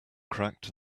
cracked